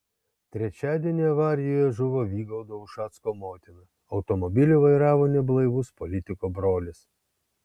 trečiadienį avarijoje žuvo vygaudo ušacko motina automobilį vairavo neblaivus politiko brolis